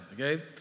Okay